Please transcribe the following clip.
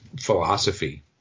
philosophy